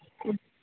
अच्छा